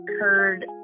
heard